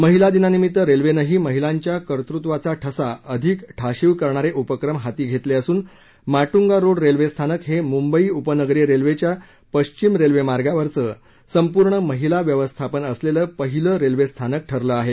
महिला दिनानिमित्त रेल्वेनंही महिलांच्या कतृत्वाचा ठसा अधिक ठाशिव करणारे उपक्रम हाती घेतले असून माटंगा रोड रेल्वे स्थानक हे मुंबई उपनगरीय रेल्वेच्या पश्चिम रेल्वे मार्गावरचं संपूर्ण महिला व्यवस्थापन असलेलं पहिलं रेल्वे स्थानक ठरलं आहे